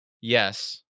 Yes